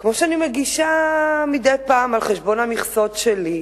כמו שאני מגישה מדי פעם, על חשבון המכסות שלי,